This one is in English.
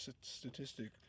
statistic